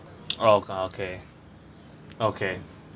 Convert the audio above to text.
okay okay okay